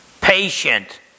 patient